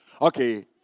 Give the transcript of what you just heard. Okay